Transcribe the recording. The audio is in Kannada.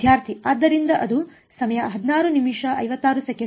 ವಿದ್ಯಾರ್ಥಿ ಆದ್ದರಿಂದ ಅದು ಅಲ್ಲಿರುತ್ತದೆ